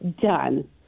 done